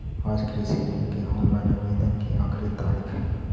आज कृषि ऋण के ऑनलाइन आवेदन की आखिरी तारीख हई